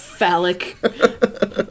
phallic